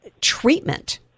treatment